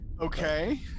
Okay